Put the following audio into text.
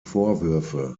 vorwürfe